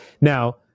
Now